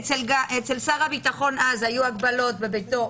אצל שר הביטחון אז היו הגבלות בביתו,